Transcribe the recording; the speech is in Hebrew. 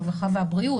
הרווחה והבריאות,